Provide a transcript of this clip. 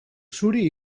zuri